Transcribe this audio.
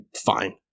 fine